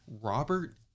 Robert